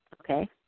okay